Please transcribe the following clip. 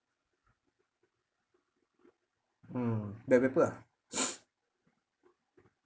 mm black pepper ah